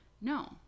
no